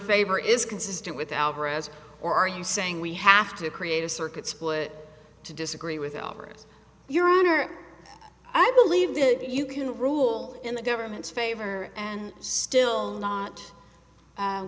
favor is consistent with alvarez or are you saying we have to create a circuit split to disagree with alvarez your honor i believe you can rule in the government's favor and still not